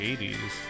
80s